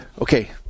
Okay